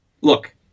look